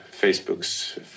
Facebook's